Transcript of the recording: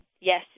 yes